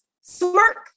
smirk